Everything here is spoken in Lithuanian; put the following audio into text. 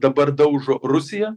dabar daužo rusija